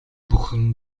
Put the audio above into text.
бүхэн